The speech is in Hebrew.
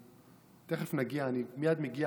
תכף נגיע, אני מייד מגיע